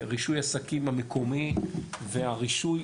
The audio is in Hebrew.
ורישוי עסקים מקומי והרישוי,